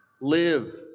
live